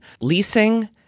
leasing